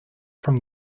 from